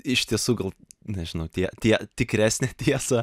iš tiesų gal nežinau tie tie tikresnę tiesą